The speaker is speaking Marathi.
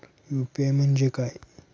यू.पी.आय म्हणजे काय?